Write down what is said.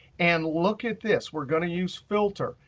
and look at this, we're going to use filter.